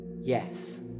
Yes